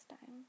time